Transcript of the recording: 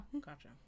Gotcha